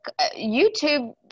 YouTube